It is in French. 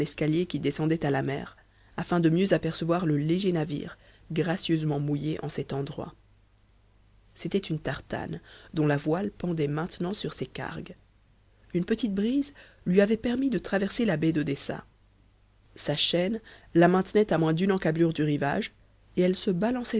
l'escalier qui descendait à la mer afin de mieux apercevoir le léger navire gracieusement mouillé en cet endroit c'était une tartane dont la voile pendait maintenant sur ses cargues une petite brise lui avait permis de traverser la baie d'odessa sa chaîne la maintenait à moins d'une encâblure du rivage et elle se